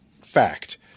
fact